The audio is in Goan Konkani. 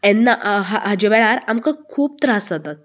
एन्ना हाचे वेळार आमकां खूब त्रास जातात